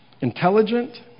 intelligent